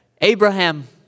Abraham